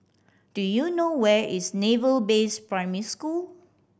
do you know where is Naval Base Primary School